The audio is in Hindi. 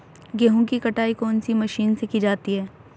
गेहूँ की कटाई कौनसी मशीन से की जाती है?